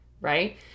right